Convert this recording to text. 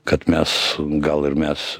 kad mes gal ir mes